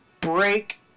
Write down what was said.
break